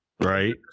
Right